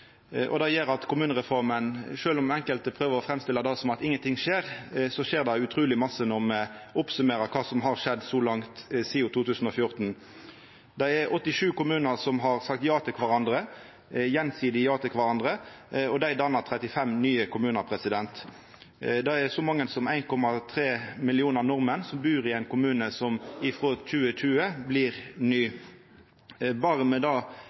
naboen. Det gjer at med kommunereforma – sjølv om enkelte prøver å framstilla det som at ingenting skjer, så skjer det utruleg masse når me summerer opp kva som har skjedd så langt sidan 2014. Det er 87 kommunar som har sagt gjensidig ja til kvarandre, og dei dannar 35 nye kommunar. Det er så mange som 1,3 millionar nordmenn som bur i ein kommune som frå 2020 blir ny. Berre med det